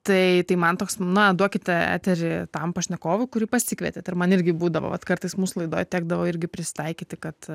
tai tai man toks na duokite eterį tam pašnekovui kurį pasikvietėt ir man irgi būdavo vat kartais mūsų laidoj tekdavo irgi prisitaikyti kad